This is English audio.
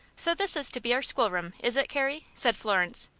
so this is to be our schoolroom, is it, carrie? said florence.